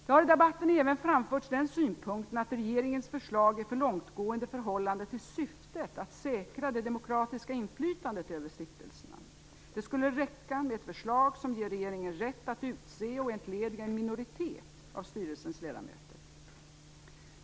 Det har i debatten även framförts den synpunkten att regeringens förslag är för långtgående i förhållande till syftet att säkra det demokratiska inflytandet över stiftelserna. Det skulle räcka med ett förslag som ger regeringen rätt att utse och entlediga en minoritet av styrelsernas ledamöter.